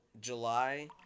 July